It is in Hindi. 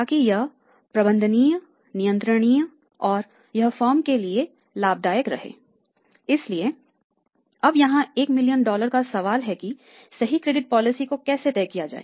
ताकि यह प्रबंधनीय नियंत्रणीय और यह फर्म के लिए लाभदायक रहे इसलिए अब यहां एक मिलियन डॉलर का सवाल है कि सही क्रेडिट पॉलिसी को कैसे तय किया जाए